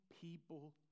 people